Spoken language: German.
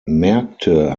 märkte